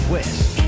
West